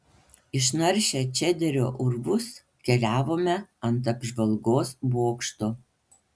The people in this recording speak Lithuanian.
išnaršę čederio urvus keliavome ant apžvalgos bokšto